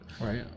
Right